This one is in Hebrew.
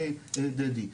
דדי.